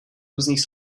různých